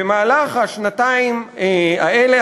במהלך השנתיים האלה,